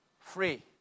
Free